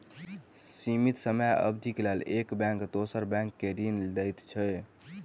सीमित समय अवधिक लेल एक बैंक दोसर बैंक के ऋण दैत अछि